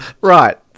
Right